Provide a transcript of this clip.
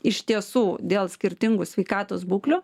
iš tiesų dėl skirtingų sveikatos būklių